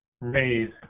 raise